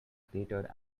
greater